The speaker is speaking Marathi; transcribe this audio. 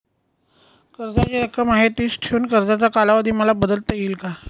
कर्जाची रक्कम आहे तिच ठेवून कर्जाचा कालावधी मला बदलता येईल का?